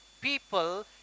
people